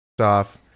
off